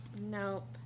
nope